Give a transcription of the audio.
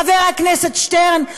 חבר הכנסת שטרן,